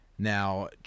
Now